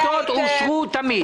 אין להם אישור ניהול תקין.